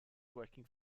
working